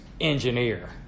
engineer